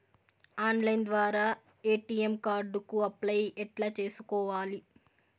Online ద్వారా ATM card కు apply ఎట్లా సేసుకోవాలి?